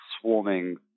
swarming